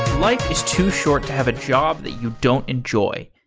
like is too short to have a job that you don't enjoy.